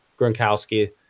gronkowski